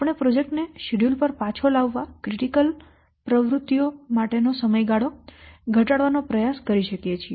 આપણે પ્રોજેક્ટ ને શેડ્યૂલ પર પાછો લાવવા ક્રિટિકલ પ્રવૃત્તિઓ માટેનો સમયગાળો ઘટાડવાનો પ્રયાસ કરી શકીએ છીએ